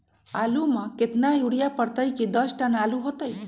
आलु म केतना यूरिया परतई की दस टन आलु होतई?